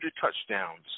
touchdowns